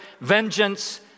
vengeance